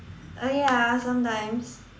oh ya sometimes